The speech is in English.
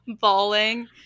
bawling